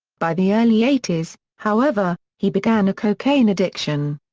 by the early eighties however, he began a cocaine addiction.